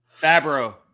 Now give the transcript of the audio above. Fabro